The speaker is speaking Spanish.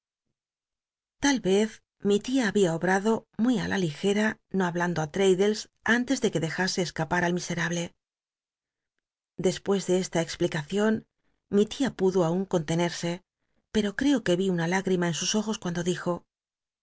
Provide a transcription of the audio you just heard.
tal vez mi tia habia obrado muy la ligera no hablando á l'raddles antes de que dejase escapar al miserable dcspues de est a explicacion mi tia pudo aun cont cnerse pero creo que ví una higl'imu en us ojos cuando dijo